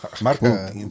marca